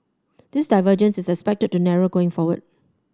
this divergences is expected to narrow going forward